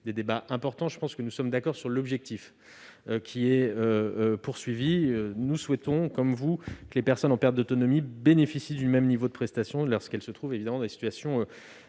de préciser l'importance, je pense que nous sommes d'accord sur l'objectif. Nous souhaitons, comme vous, que les personnes en perte d'autonomie bénéficient du même niveau de prestations lorsqu'elles se trouvent dans des situations